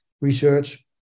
research